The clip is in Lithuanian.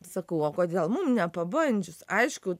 sakau o kodėl mum nepabandžius aišku